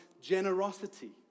generosity